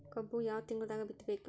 ಕಬ್ಬು ಯಾವ ತಿಂಗಳದಾಗ ಬಿತ್ತಬೇಕು?